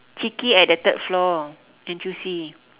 chicky at the third floor N_T_U_C